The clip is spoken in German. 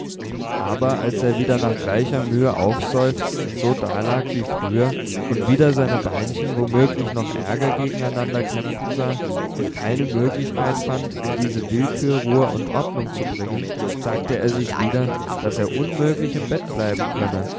aber als er wieder nach gleicher mühe aufseufzend so dalag wie früher und wieder seine beinchen womöglich noch ärger gegeneinander kämpfen sah und keine möglichkeit fand in diese willkür ruhe und ordnung zu bringen sagte er sich wieder daß er unmöglich im bett bleiben könne